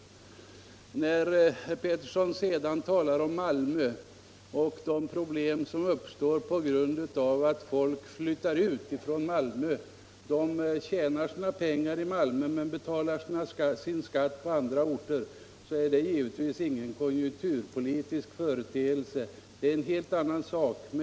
Herr Pettersson talar om problem som uppstår i Malmö på grund av att folk flyttar ut därifrån. Man tjänar sina pengar i Malmö men betalar sin skatt på andra orter. Det är givetvis ingen konjunkturpolitisk företeelse, utan det är en helt annan sak.